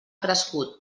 crescut